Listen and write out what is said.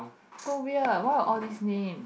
so weird why are all these name